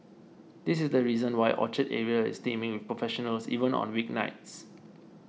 this is the reason why Orchard area is teeming with professionals even on week nights